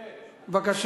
כן, ודאי.